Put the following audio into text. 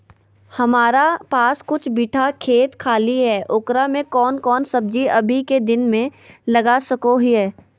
हमारा पास कुछ बिठा खेत खाली है ओकरा में कौन कौन सब्जी अभी के दिन में लगा सको हियय?